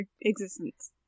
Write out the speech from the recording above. existence